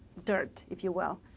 dirt, if you will.